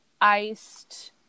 iced